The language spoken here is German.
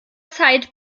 zeit